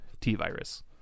T-Virus